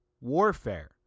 warfare